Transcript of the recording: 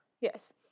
Yes